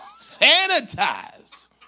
sanitized